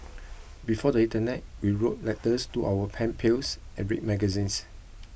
before the internet we wrote letters to our pen pals and read magazines